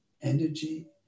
energy